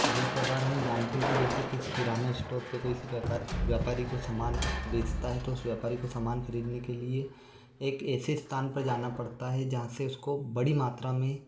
जिस प्रकार हम जानते हैं कि जैसे किसी किराना इश्टोर पे कोई किसी व्याकार व्यापारी को सामान बेचता है तो उस व्यापारी को सामान खरीदने के लिए एक एसे स्थान पर जाना पड़ता है जहाँ से उसको बड़ी मात्रा में